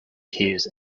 hears